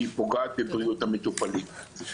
והיא פוגעת בבריאות המטופלים.